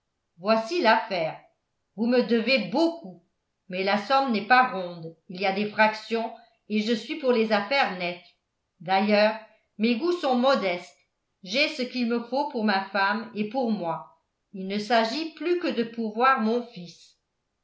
voici l'affaire vous me devez beaucoup mais la somme n'est pas ronde il y a des fractions et je suis pour les affaires nettes d'ailleurs mes goûts sont modestes j'ai ce qu'il me faut pour ma femme et pour moi il ne s'agit plus que de pourvoir mon fils